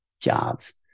jobs